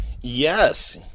Yes